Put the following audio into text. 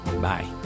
Bye